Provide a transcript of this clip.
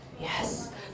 Yes